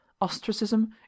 ostracism